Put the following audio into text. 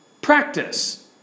Practice